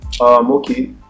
okay